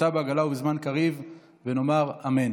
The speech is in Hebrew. השתא בעגלא ובזמן קריב ונאמר אמן.